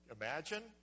imagine